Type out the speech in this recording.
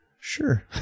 sure